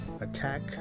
Attack